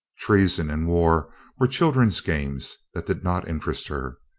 treason and war were children's games that did not interest her.